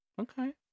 Okay